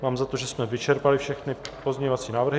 Mám za to, že jsme vyčerpali všechny pozměňovací návrhy.